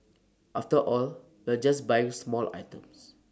after all we're just buying small items